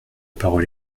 parole